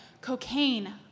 Cocaine